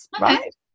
right